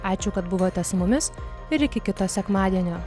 ačiū kad buvote su mumis ir iki kito sekmadienio